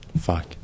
fuck